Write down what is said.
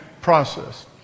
process